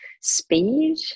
Speed